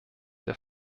der